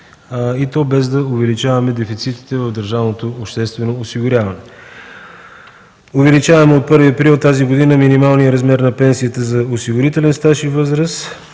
и то без да увеличаваме дефицитите в държавното обществено осигуряване. От 1 април тази година увеличаваме минималния размер на пенсията за осигурителен стаж и възраст